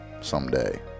someday